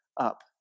up